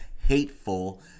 hateful